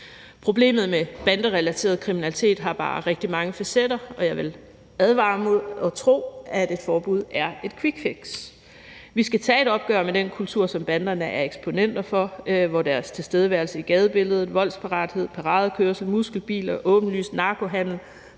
Problemet med banderelateret kriminalitet har bare rigtig mange facetter, og jeg vil advare mod at tro, at et forbud er et quickfix. Vi skal tage et opgør med den kultur, som banderne er eksponenter for, hvor deres tilstedeværelse i gadebilledet, voldsparathed, paradekørsel, muskelbiler, åbenlys narkohandel